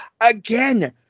again